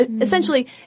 essentially